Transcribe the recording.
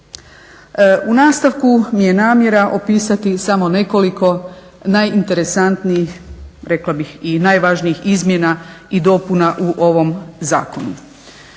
U nastavku mi je namjera opisati samo nekoliko najinteresantnijih, rekla bih i najvažnijih izmjena i dopuna u ovom zakonu.